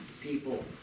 people